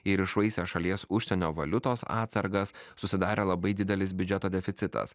ir iššvaistė šalies užsienio valiutos atsargas susidarė labai didelis biudžeto deficitas